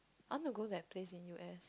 I want to go to that place in U_S